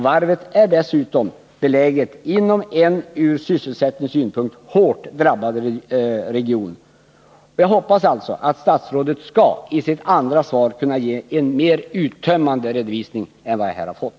Varvet är dessutom beläget inom en ur sysselsättningssynpunkt hårt drabbad region. Jag hoppas att statsrådet i sitt andra svar skall kunna ge en mer uttömmande redovisning än vad jag här har fått.